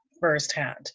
firsthand